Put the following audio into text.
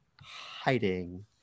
hiding